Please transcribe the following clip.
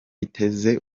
ziteye